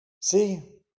See